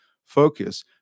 focus